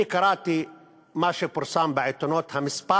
אני קראתי מה שפורסם בעיתונות, המספר